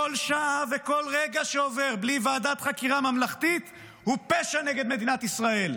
כל שעה וכל רגע שעוברים בלי ועדת חקירה ממלכתית הם פשע נגד מדינת ישראל.